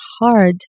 hard